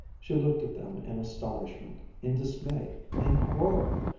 she looked at them in astonishment, in dismay, in horror.